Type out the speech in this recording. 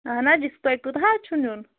اَہَن حظ یِتھٕ پٲٹھۍ کوٗتاہ حظ چھُ نِیُن